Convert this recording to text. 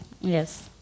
Yes